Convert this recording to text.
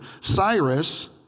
Cyrus